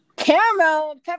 caramel